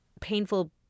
painful